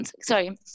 sorry